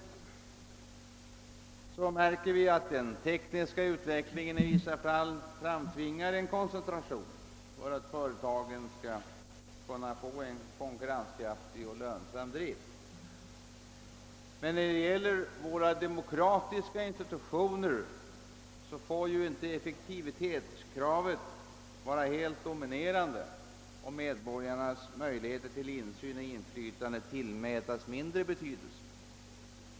Vi ser att den tekniska utvecklingen i vissa fall framtvingar en koncentration för att företagen skall kunna få en konkurrenskraftig och lönsam drift, men i fråga om våra demokratiska institutioner får inte effektivitetskravet vara helt dominerande och medborgarnas möjligheter till insyn och inflytande tillmätas mindre betydelse.